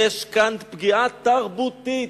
יש כאן פגיעה תרבותית.